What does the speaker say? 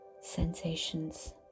sensations